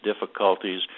difficulties